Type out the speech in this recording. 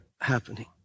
happening